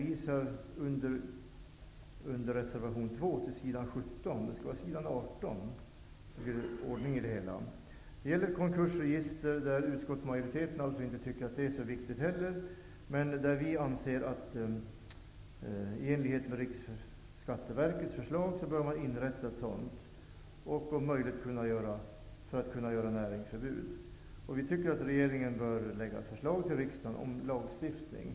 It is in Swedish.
I reservation 2 hänvisas till s. 17, men det skall vara s. 18. Utskottsmajoriteten tycker inte att det är så viktigt med ett konkursregister. Vi anser att man bör inrätta ett sådant i enlighet med Riksskatteverkets förslag och att det skall bli möjligt att kungöra näringsförbud. Vi tycker att regeringen bör lägga fram förslag för riksdagen om lagstiftning.